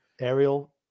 Ariel